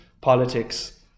politics